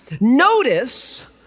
notice